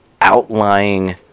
outlying